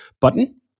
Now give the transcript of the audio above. button